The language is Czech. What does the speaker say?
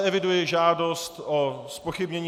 Eviduji zde žádost o zpochybnění...